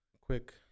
Quick